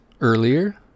earlier